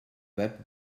web